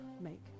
make